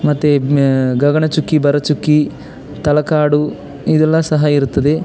ಮತ್ತು ಗಗನಚುಕ್ಕಿ ಭರಚುಕ್ಕಿ ತಲಕಾಡು ಇದೆಲ್ಲ ಸಹ ಇರುತ್ತದೆ